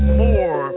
more